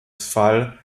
statt